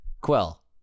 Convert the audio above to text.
quell